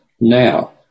now